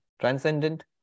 Transcendent